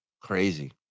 Crazy